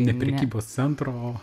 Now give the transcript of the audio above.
ne prekybos centro o